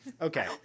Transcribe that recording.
Okay